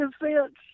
defense